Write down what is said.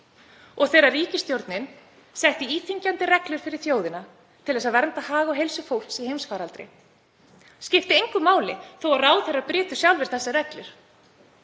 Þegar ríkisstjórnin setti íþyngjandi reglur fyrir þjóðina til að vernda hag og heilsu fólks í heimsfaraldri skipti engu máli þó að ráðherrar brytu sjálfir þessar reglur.